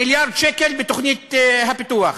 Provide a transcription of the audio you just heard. מיליארד שקל בתוכנית הפיתוח.